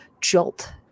jolt